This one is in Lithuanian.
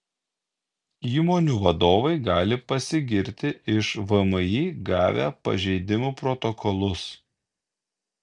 įmonių vadovai gali pasigirti iš vmi gavę pažeidimų protokolus